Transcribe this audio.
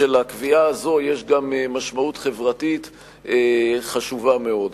לקביעה הזו יש גם משמעות חברתית חשובה מאוד.